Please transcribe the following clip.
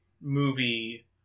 movie